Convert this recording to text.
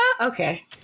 Okay